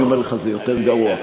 אני אומר לך, זה יותר גרוע.